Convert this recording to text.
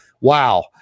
wow